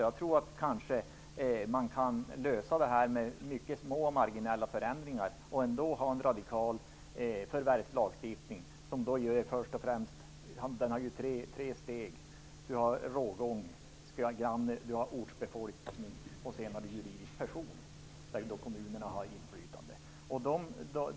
Jag tror att man kanske kan lösa problemet med mycket små marginella förändringar och ändå ha en radikal förvärvslagstiftning med tre steg - rågångsgranne, ortsbefolkningen och juridiskt person, där kommunerna har inflytande.